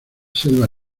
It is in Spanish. selva